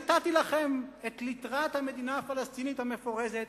נתתי לכם את ליטרת המדינה הפלסטינית המפורזת